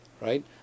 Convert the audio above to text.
right